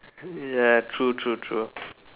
ya true true true